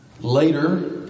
Later